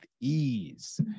ease